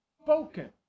spoken